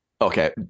Okay